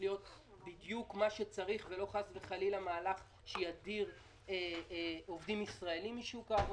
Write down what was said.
קצת שואלת את עצמי: